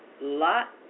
Lot